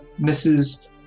Mrs